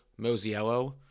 Mosiello